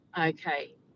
Okay